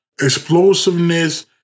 explosiveness